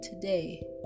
today